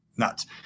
nuts